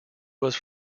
was